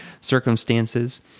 circumstances